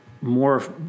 more